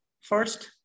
first